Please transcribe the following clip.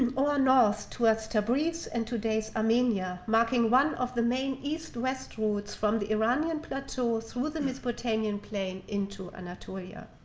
and or north towards tabriz and today's armenia, marking one of the main east west roads from the iranian plateau through the mesopotamian plain into anatolia.